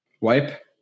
Wipe